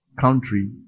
country